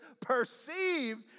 perceived